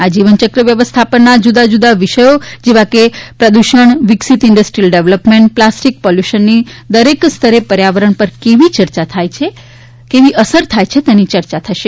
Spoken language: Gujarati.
આ જીવનચક વ્યવસ્થાપનના જુદા જુદા વિષયો જેવ કે પ્રદૃષણ જમીન ફવા પાણી વિકસીત ઇન્ડસ્ટ્રીયલ ડેવલોપમેન્ટ પ્લાસ્ટીક પોલ્યુશનની દરેક સ્તરે પર્યાવરણ ઉપર કેવી અસર થાય છે તેની યર્યા થશે